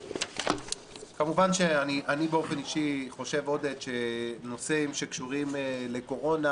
כמובן עודד שאני באופן אישי חושב שנושאים שקשורים לקורונה,